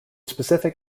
specific